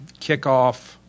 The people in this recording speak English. kickoff